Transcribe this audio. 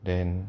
then